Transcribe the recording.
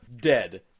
dead